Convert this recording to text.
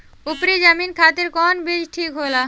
उपरी जमीन खातिर कौन बीज ठीक होला?